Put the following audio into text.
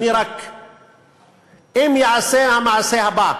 אם ייעשה המעשה הבא,